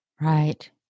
Right